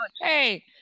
hey